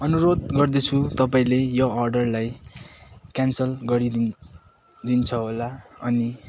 अनुरोध गर्दछु तपाईँले यो अर्डरलाई क्यान्सल गरिदिन् दिन्छ होला अनि